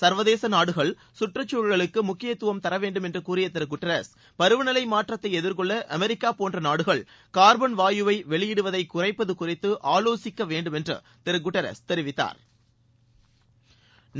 சர்வதேச நாடுகள் கற்றுச்சூழலுக்கு முக்கியத்துவம் தர வேண்டும் என்று கூறிய திரு குட்ரஸ் பருவ நிலை மாற்றத்தை எதிர்கொள்ள அமெரிக்கா போன்ற நாடுகள் கார்பன் வாயுவை வெளியிடுவதை குறைப்பது குறித்து ஆலோசிக்க வேண்டும் என்று திரு குட்ரஸ் தெரிவித்தாா்